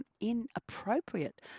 inappropriate